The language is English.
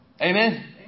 Amen